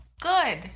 Good